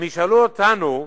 הם ישאלו אותנו: